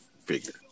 figure